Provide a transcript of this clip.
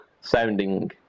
sounding